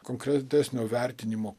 konkretesnio vertinimo